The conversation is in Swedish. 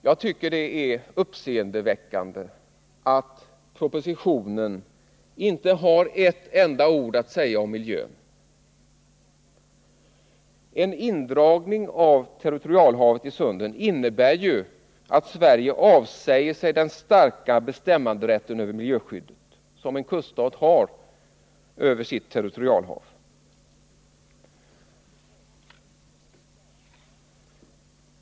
Jag tycker det är uppseendeväckande att propositionen inte har ett enda ord att säga om miljön. En indragning av territorialhavet i sunden innebär ju att Sverige avsäger sig den starka bestämmanderätt över miljöskyddet som en kuststat har över sitt territorialhav.